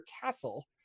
Castle